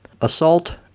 assault